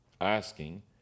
asking